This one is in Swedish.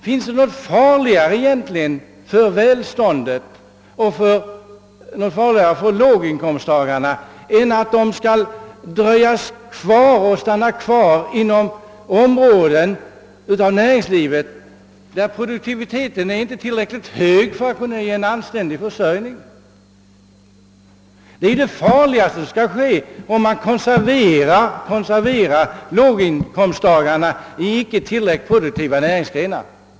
Finns det egentligen något farligare för de låga inkomsttagarna än att de får stanna kvar inom områden av näringslivet, där produktiviteten inte är tillräckligt hög för att ge en anständig försörjning? Det farligaste som kan ske är att konservera låginkomsttagarna i icke tillräckligt produktiva näringsgrenar.